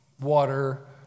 water